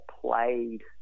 played